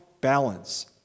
balance